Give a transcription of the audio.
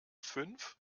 fünf